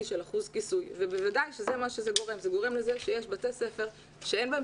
של אחוז כיסוי ובוודאי זה גורם לזה שיש בתי ספר שאין בהם